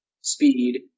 speed